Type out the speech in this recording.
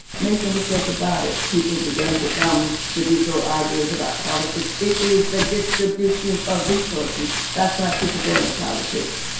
make no mistake about it. people began to come with these little ideas about politics. it is the distribution of resources, that's why people go into politics.